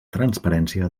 transparència